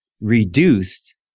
reduced